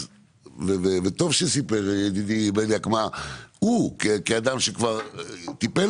וסיפר ידידי בליאק כאדם שמבין וטיפל